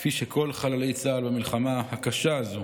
כפי שכל חללי צה"ל במלחמה הקשה הזו